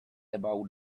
about